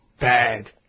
bad